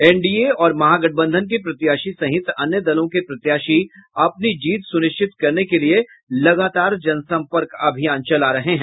NDA और महागठबंधन के प्रत्याशी सहित अन्य दलों के प्रत्याशी अपनी जीत सुनिश्चित करने के लिए लगातार जनसंपर्क अभियान चला रहे हैं